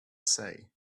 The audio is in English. say